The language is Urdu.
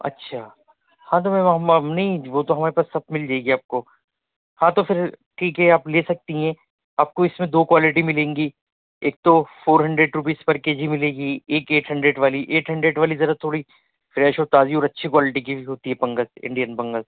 اچھا ہاں تو میم ہم اپنی وہ تو ہمارے پاس سب مل جائے گی آپ کو ہاں تو پھر ٹھیک ہے آپ لے سکتی ہیں آپ کو اس میں دو کوالیٹی ملیں گی ایک تو four hundred rupees per K G ملے گی ایک ایٹ ہنڈریڈ والی ایٹ ہنڈریڈ والی ذرا تھوڑی فریش اور تازی اور اچھی کوالٹی کی ہوتی ہے فنگس انڈین فنگس